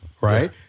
Right